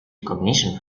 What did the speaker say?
recognition